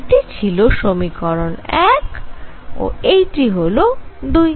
এটি ছিল সমীকরণ 1 ও এটি হল 2